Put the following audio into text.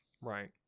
right